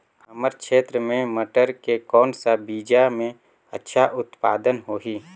हमर क्षेत्र मे मटर के कौन सा बीजा मे अच्छा उत्पादन होही?